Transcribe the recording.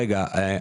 הדעות.